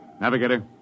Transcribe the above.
Navigator